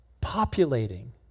populating